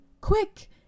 Quick